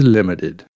Limited